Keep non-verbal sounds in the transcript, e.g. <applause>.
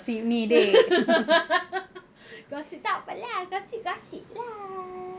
<laughs> gossip takpe lah gossip gossip lah